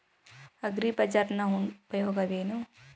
ಅಗ್ರಿಬಜಾರ್ ನ ಉಪಯೋಗವೇನು?